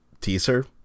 teaser